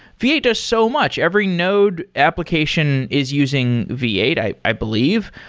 v eight does so much. every node application is using v eight i i believe.